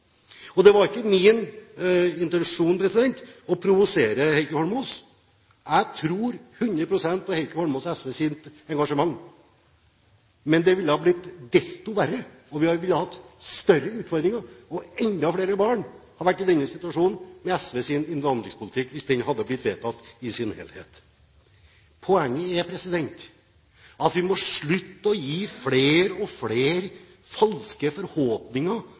Det var ikke min intensjon å provosere Heikki Holmås. Jeg tror 100 pst. på Heikki Holmås’ og SVs engasjement, men det ville blitt desto verre, og vi ville hatt større utfordringer og enda flere barn i denne situasjonen hvis SVs innvandringspolitikk hadde blitt vedtatt i sin helhet. Poenget er at vi må slutte å gi flere og flere falske forhåpninger